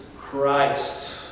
Christ